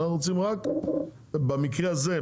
אנחנו רוצים רק במקרה הזה,